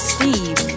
Steve